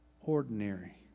ordinary